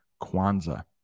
kwanzaa